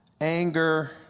anger